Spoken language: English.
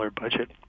budget